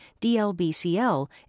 DLBCL